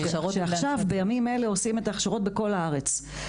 שעכשיו בימים אלה עושים את ההכשרות בכל הארץ.